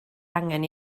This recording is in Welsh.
angen